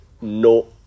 No